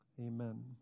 Amen